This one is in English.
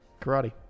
karate